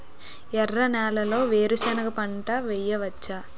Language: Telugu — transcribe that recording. ఎర్ర నేలలో వేరుసెనగ పంట వెయ్యవచ్చా?